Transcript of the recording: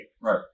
Right